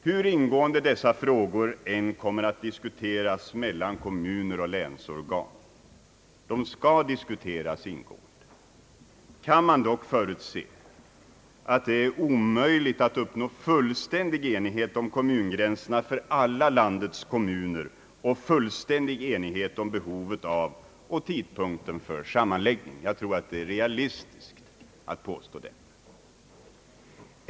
Hur ingående dessa frågor än kommer att diskuteras mellan kommuner och länsorgan — och de skall diskuteras ingående — kan man förutse att det är omöjligt att uppnå fullständig enighet om gränserna för alla landets kommuner och fullständig enighet om behovet av och tidpunkten för sammanläggning. Jag tror att det är realistiskt att påstå detta.